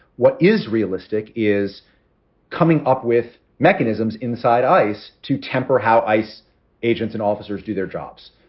what is realistic is coming up with mechanisms inside ice to temper how ice agents and officers do their jobs,